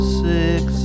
six